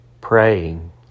Praying